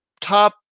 top